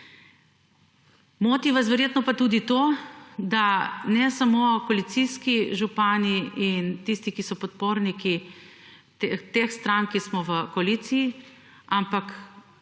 Moti vas verjetno pa tudi to, da ne samo koalicijski župani in tisti, ki so podporniki teh strank, ki smo v koaliciji, ampak